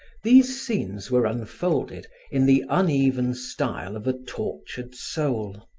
these scenes were unfolded in the uneven style of a tortured soul.